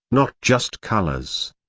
not just colors.